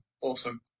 awesome